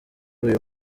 uyu